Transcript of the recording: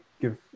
give